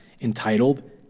entitled